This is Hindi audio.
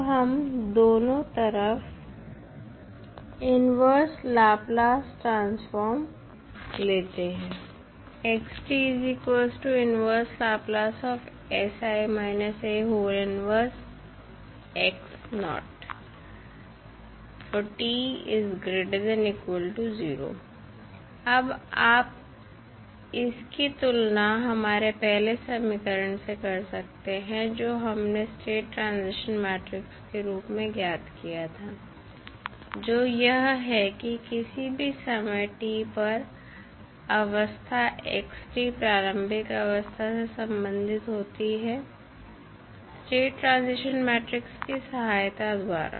अब हम दोनों तरफ इनवर्स लाप्लास ट्रांसफॉर्म लेते हैं अब आप इसकी तुलना हमारे पहले समीकरण से कर सकते हैं जो हमने स्टेट ट्रांजिशन मैट्रिक्स के रूप में ज्ञात किया था जो यह है कि किसी भी समय t पर अवस्था x प्रारंभिक अवस्था से संबंधित होती है स्टेट ट्रांजिशन मैट्रिक्स की सहायता द्वारा